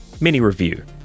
mini-review